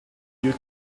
you